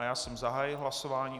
Já jsem zahájil hlasování...